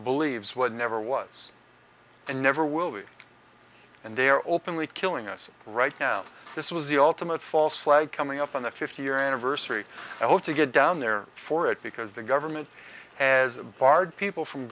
believes what never was and never will be and they are openly killing us right now this was the ultimate false flag coming up on the fifty year anniversary i want to get down there for it because the government has barred people from